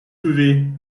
sauver